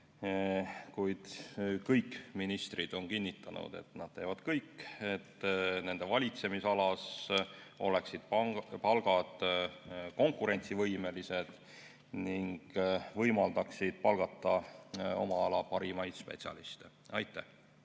kõik ministrid on kinnitanud, et nad teevad kõik, et nende valitsemisalas oleksid palgad konkurentsivõimelised ning võimaldaksid palgata oma ala parimaid spetsialiste. Aitäh!